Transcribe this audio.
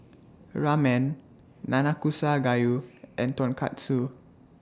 Ramen Nanakusa Gayu and Tonkatsu